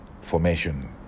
formation